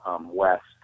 west